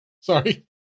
Sorry